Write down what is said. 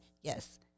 yes